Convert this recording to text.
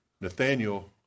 Nathaniel